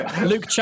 Luke